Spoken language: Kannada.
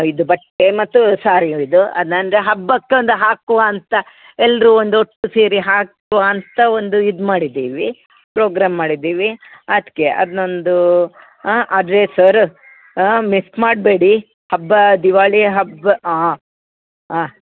ಇದು ಬಟ್ಟೆ ಮತ್ತು ಸಾರಿಯು ಇದು ಅದು ಅಂದರೆ ಹಬ್ಬಕ್ಕೆ ಒಂದು ಹಾಕುವ ಅಂತ ಎಲ್ಲರು ಒಂದು ಒಟ್ಟು ಸೇರಿ ಹಾಕುವ ಅಂತ ಒಂದು ಇದು ಮಾಡಿದ್ದೀವಿ ಪ್ರೋಗ್ರಾಮ್ ಮಾಡಿದ್ದೀವಿ ಅದಕ್ಕೆ ಅದನ್ನೊಂದು ಹಾಂ ಅದುವೆ ಸರ್ ಮಿಸ್ ಮಾಡಬೇಡಿ ಹಬ್ಬ ದಿವಾಳಿ ಹಬ್ಬ ಹಾಂ ಹಾಂ